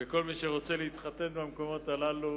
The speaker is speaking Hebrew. וכל מי שרוצה להתחתן במקומות הללו,